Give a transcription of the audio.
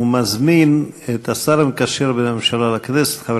ומזמין את השר המקשר בין הממשלה לכנסת חבר